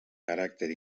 caràcter